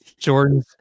Jordans